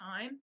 time